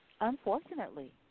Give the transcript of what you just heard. Unfortunately